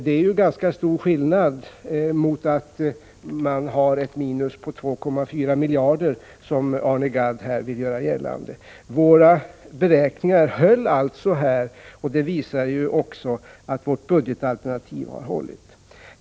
Det är en ganska stor skillnad mot att ha ett minus på 2,4 miljarder, som Arne Gadd vill göra gällande. Våra beräkningar höll alltså, och det visar att vårt budgetalternativ håller.